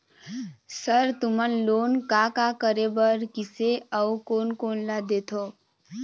Sir तुमन loan का का करें बर, किसे अउ कोन कोन ला देथों?